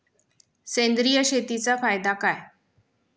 सेंद्रिय शेतीचा फायदा काय?